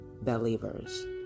Believers